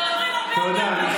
קטי שטרית, תודה.